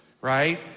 right